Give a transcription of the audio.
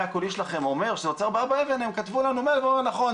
הקולי שלכם אומר שזה עוצר באבא אבן' הם כתבו לנו מייל ואמרו 'נכון,